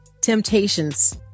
temptations